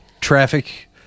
traffic